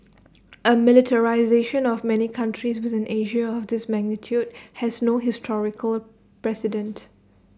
A militarisation of many countries within Asia of this magnitude has no historical precedent